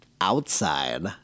outside